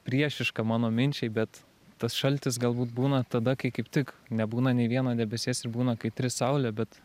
priešiška mano minčiai bet tas šaltis galbūt būna tada kai kaip tik nebūna nei vieno debesies ir būna kaitri saulė bet